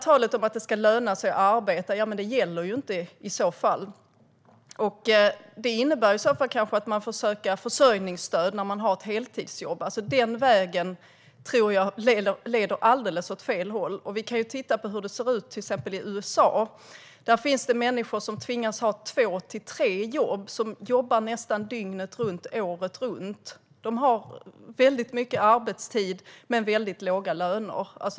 Talet om att det ska löna sig att arbeta gäller ju inte i så fall. Det kan innebära att man får söka försörjningsstöd när man har ett heltidsjobb. Den vägen tror jag leder åt alldeles fel håll. Vi kan titta på hur det ser ut i till exempel USA. Där finns det människor som tvingas att ha två till tre jobb och som jobbar nästan dygnet runt, året runt. De har väldigt lång arbetstid men väldigt låga löner.